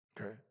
okay